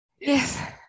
Yes